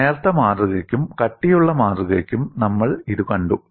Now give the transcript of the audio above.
നേർത്ത മാതൃകയ്ക്കും കട്ടിയുള്ള മാതൃകയ്ക്കും നമ്മൾ ഇത് കണ്ടു